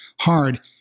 Hard